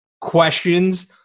questions